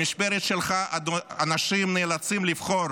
במשמרת שלך אנשים נאלצים לבחור